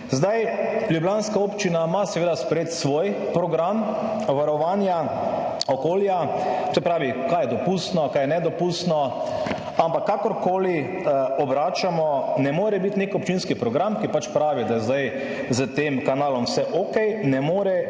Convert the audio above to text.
Zdaj, ljubljanska občina ima seveda sprejeti svoj program varovanja okolja, se pravi, kaj je dopustno, kaj je nedopustno, ampak kakorkoli obračamo, ne more biti nek občinski program, ki pač pravi, da je zdaj s tem kanalom vse okej, ne more biti